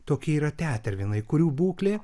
tokie yra tetervinai kurių būklė